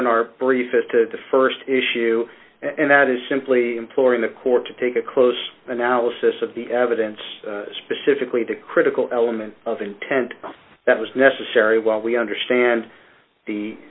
on our brief as to the st issue and that is simply imploring the court to take a close analysis of the evidence specifically the critical element of intent that was necessary while we understand the